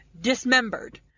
dismembered